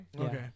Okay